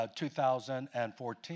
2014